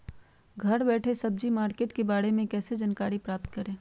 घर बैठे सब्जी मार्केट के बारे में कैसे जानकारी प्राप्त करें?